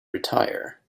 retire